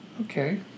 Okay